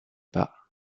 pas